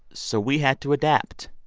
so we had to adapt.